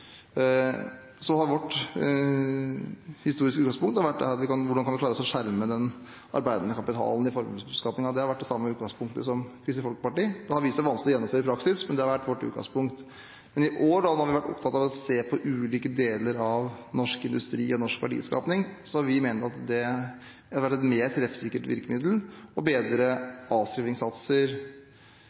Så har vårt historiske utgangspunkt vært hvordan vi skal klare å skjerme den arbeidende kapitalen i formuesbeskatningen. Det har vært det samme utgangspunktet som Kristelig Folkeparti har. Det har vist seg vanskelig å gjennomføre i praksis, men det har vært vårt utgangspunkt. I år har vi vært opptatt av å se på ulike deler av norsk industri og norsk verdiskaping. Så har vi ment at det har vært et mer treffsikkert virkemiddel å bedre avskrivingssatser,